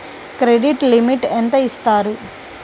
Credit limit ఎంత ఇస్తారు?